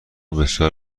بسیار